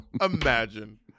Imagine